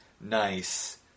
nice